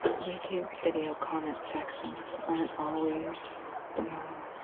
youtube video comment sections aren't always the most